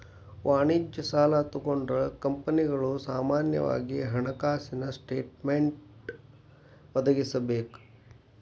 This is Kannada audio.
ವಾಣಿಜ್ಯ ಸಾಲಾ ತಗೊಂಡ್ರ ಕಂಪನಿಗಳು ಸಾಮಾನ್ಯವಾಗಿ ಹಣಕಾಸಿನ ಸ್ಟೇಟ್ಮೆನ್ಟ್ ಒದಗಿಸಬೇಕ